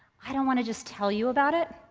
i don't wanna just tell you about it.